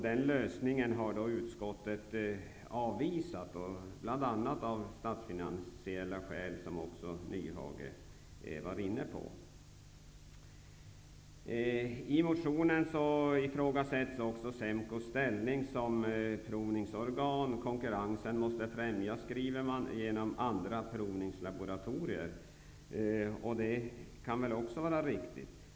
Den lösningen har utskottet avvisat bl.a. av statsfinansiella skäl, som också Hans I motionen ifrågasätts SEMKO:s ställning som provningsorgan. Konkurrensen måste främjas, skriver man, genom att man tillåter andra provningslaboratorier. Det kan väl också vara riktigt.